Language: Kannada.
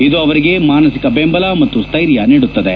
ಇದು ಅವರಿಗೆ ಮಾನಸಿಕ ಬೆಂಬಲ ಮತ್ತು ಸ್ಟೈರ್ಯ ನೀಡುತ್ತದೆ